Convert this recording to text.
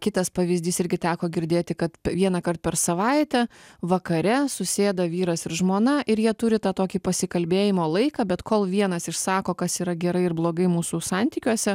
kitas pavyzdys irgi teko girdėti kad vienąkart per savaitę vakare susėda vyras ir žmona ir jie turi tą tokį pasikalbėjimo laiką bet kol vienas išsako kas yra gerai ir blogai mūsų santykiuose